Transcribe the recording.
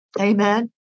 Amen